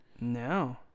No